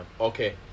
okay